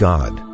God